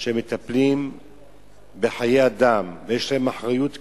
שמטפלים בחיי אדם ויש להם אחריות כבדה,